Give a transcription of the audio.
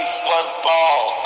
football